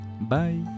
Bye